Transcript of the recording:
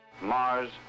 mars